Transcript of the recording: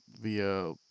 via